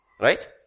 Right